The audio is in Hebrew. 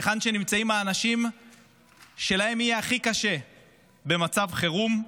היכן שנמצאים האנשים שלהם יהיה הכי קשה במצב חירום,